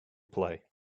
play